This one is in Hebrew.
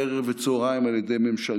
ערב וצוהריים על ידי ממשלתם.